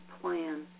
plan